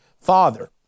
father